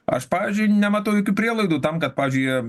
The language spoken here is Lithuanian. aš pavyzdžiui nematau jokių prielaidų tam kad pavyzdžiui